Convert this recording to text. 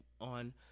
on